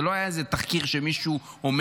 זה לא היה איזה תחקיר שמישהו אומר.